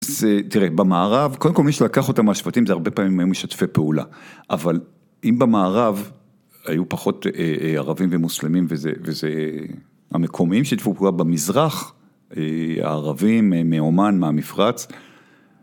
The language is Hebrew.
אז תראה, במערב, קודם כל מי שלקח אותם מהשבטים, זה הרבה פעמים היו משתפי פעולה. אבל אם במערב היו פחות ערבים ומוסלמים, וזה המקומיים שיתפוגו במזרח, הערבים מעומאן, מהמפרץ,